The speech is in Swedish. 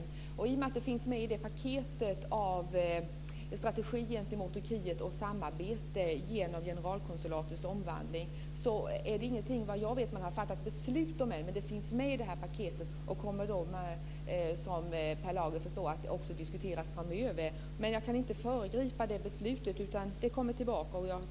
I och med att det finns med i paketet, strategi gentemot Turkiet och samarbete genom generalkonsulatets omvandling, är det ingenting som det har fattats beslut om. Det kommer, som Per Lager förstår, att diskuteras framöver. Jag kan inte föregripa det beslutet. Det kommer tillbaka.